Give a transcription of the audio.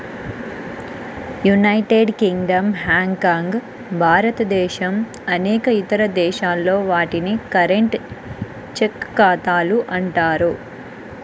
United Kingdom, Hong Kong, భారతదేశం అనేక ఇతర దేశాల్లో, వాటిని కరెంట్, చెక్ ఖాతాలు అంటారు